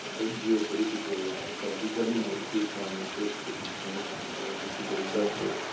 and geo-political risks probably dominate the economic risks at this point, and this is an example.